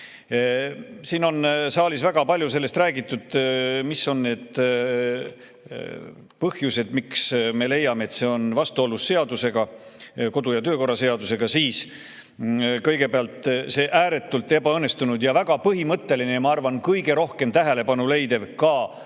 on saalis väga palju räägitud, mis on need põhjused, miks me leiame, et see on vastuolus seadusega, kodu- ja töökorra seadusega. Kõigepealt, see ääretult ebaõnnestunud, väga põhimõtteline ja ma arvan, kõige rohkem ka